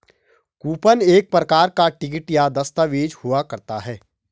coupon एक प्रकार का टिकट या दस्ताबेज हुआ करता है